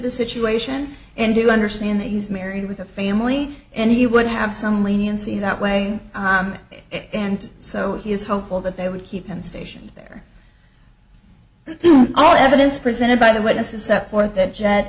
the situation and do understand that he's married with a family and he would have some leniency that way and so he is hopeful that they would keep him stationed there all evidence presented by the witnesses set forth that jet